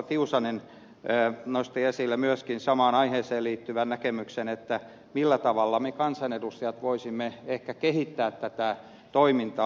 tiusanen nosti esille myöskin samaan aiheeseen liittyvän näkemyksen millä tavalla me kansanedustajat voisimme ehkä kehittää tätä toimintaa